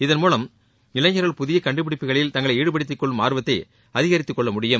இதன் மூலம் இளைஞர்கள் புதிய கண்டுபிடிப்புகளில் தங்களை ஈடுபடுத்திக் கொள்ளும் ஆர்வத்தை அதிகரித்துக் கொள்ள முடியும்